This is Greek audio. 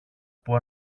που